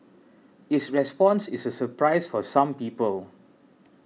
its response is a surprise for some people